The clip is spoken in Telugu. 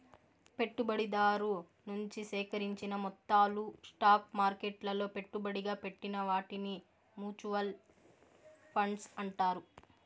పెట్టుబడిదారు నుంచి సేకరించిన మొత్తాలు స్టాక్ మార్కెట్లలో పెట్టుబడిగా పెట్టిన వాటిని మూచువాల్ ఫండ్స్ అంటారు